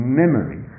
memory